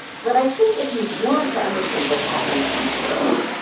but i think if you want to understand what's happening to these girls,